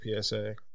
PSA